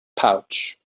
pouch